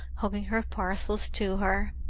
hugging her parcels to her.